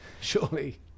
surely